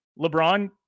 LeBron